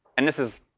and this is,